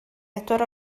bedwar